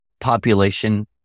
population